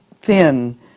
thin